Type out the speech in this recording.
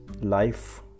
life